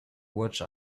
watch